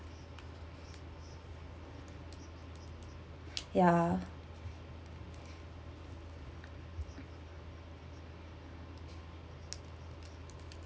ya